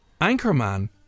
Anchorman